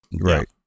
Right